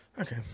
Okay